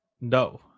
no